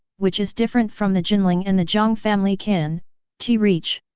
which is different from the jinling and the jiang family can t reach.